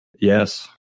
Yes